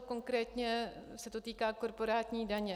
Konkrétně se to týká korporátní daně.